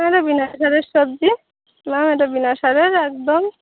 না না বিনা সারের সবজি ম্যাম এটা বিনা সারের একদম